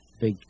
big